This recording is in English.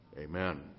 amen